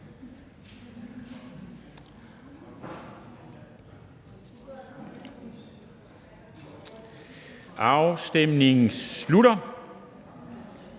Afstemningen slutter.